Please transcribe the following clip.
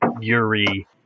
Yuri